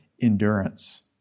endurance